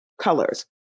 colors